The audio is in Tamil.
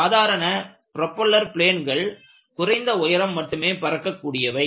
சாதாரண ப்ரொபெல்லர் பிளேன்கள் குறைந்த உயரம் மட்டுமே பறக்கக்கூடியவை